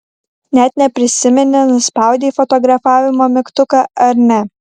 net neprisimeni nuspaudei fotografavimo mygtuką ar ne